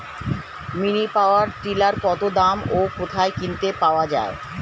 Mini power tiller কত দাম ও কোথায় কিনতে পাওয়া যায়?